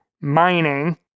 mining